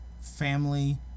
family